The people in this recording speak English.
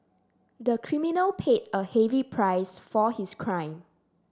the criminal paid a heavy price for his crime